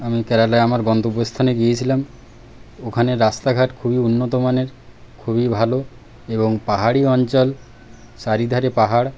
আমি কেরালায় আমার গন্তব্যস্থানে গিয়েছিলাম ওখানের রাস্তাঘাট খুবই উন্নতমানের খুবই ভালো এবং পাহাড়ি অঞ্চল চারিধারে পাহাড়